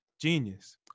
Genius